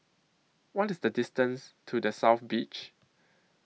What IS The distance to The South Beach